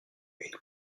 une